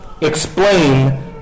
explain